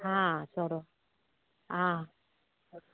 हां सोरो आं